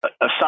aside